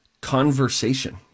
conversation